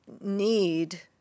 need